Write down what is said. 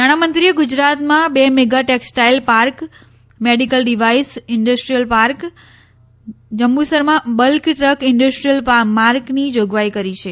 નાણાંમંત્રીએ ગુજરાતમાં બે mega textile park medical device industrial park જંબુસરમાં બલ્ક દ્રક ઈન્ડીસ્ટ્રીટલ માર્કની જોગવાઈ કરી છે